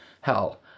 Hell